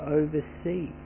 oversee